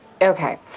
okay